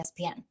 ESPN